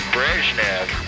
Brezhnev